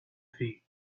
feet